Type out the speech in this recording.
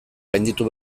gainditu